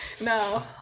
No